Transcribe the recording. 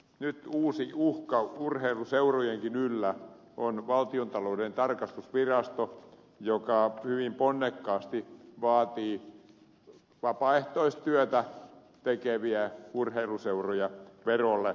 nyt uusi uhka urheiluseurojenkin yllä on valtiontalouden tarkastusvirasto joka hyvin ponnekkaasti vaatii vapaaehtoistyötä tekeviä urheiluseuroja verolle